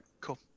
Cool